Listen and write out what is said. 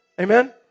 Amen